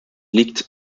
liegt